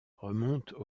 remontent